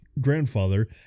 grandfather